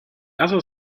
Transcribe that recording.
other